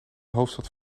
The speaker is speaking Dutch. hoofdstad